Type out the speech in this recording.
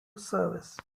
service